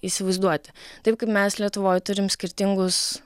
įsivaizduoti taip kaip mes lietuvoj turim skirtingus